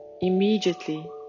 immediately